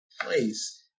place